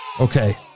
Okay